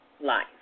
life